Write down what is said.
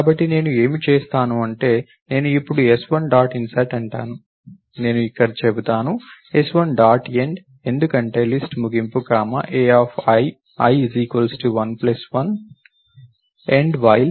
కాబట్టి నేను ఏమి చేస్తాను అంటే నేను ఇప్పుడు s1 డాట్ ఇన్సర్ట్ అంటాను నేను ఇక్కడ చెబుతాను s1 డాట్ ఎండ్ ఎందుకంటే లిస్ట్ ముగింపు comma a i i i plus 1 end while